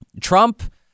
Trump